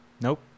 nope